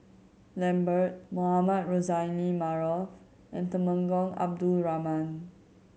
Lambert Mohamed Rozani Maarof and Temenggong Abdul Rahman